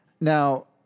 Now